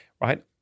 right